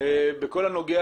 בכל הנוגע